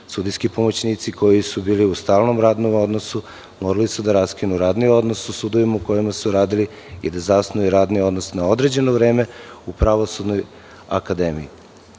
sudijski pomoćnici koji su bili u stalnom radnom odnosu morali su da raskinu radni odnos u sudovima u kojima su radili i da zasnuju radni odnos na određeno vreme u Pravosudnoj akademiji.